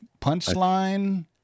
Punchline